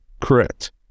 Correct